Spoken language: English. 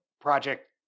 project